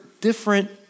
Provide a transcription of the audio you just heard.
different